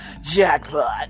Jackpot